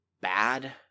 bad